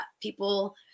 People